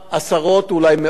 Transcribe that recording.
אולי מאות שוטרים,